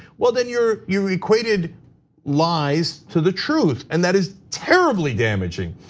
well, then you're you're equated lies to the truth and that is terribly damaging.